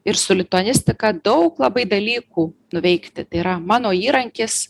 ir su lituanistika daug labai dalykų nuveikti tai yra mano įrankis